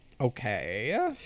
Okay